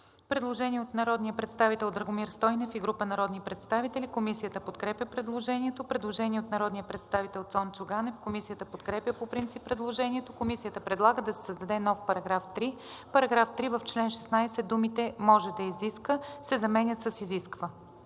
Предложение от народния представител Драгомир Стойнев и група народни представители. Комисията подкрепя предложението. Предложение от народния представител Цончо Ганев. Комисията подкрепя по принцип предложението. Комисията предлага да се създаде нов § 3. „§ 3. В чл. 16 думите „може да изиска“ се заменят с „изисква“.“